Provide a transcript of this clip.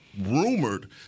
rumored